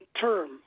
term